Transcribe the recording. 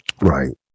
right